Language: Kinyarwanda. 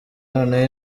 noneho